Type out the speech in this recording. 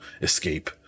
escape